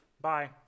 Bye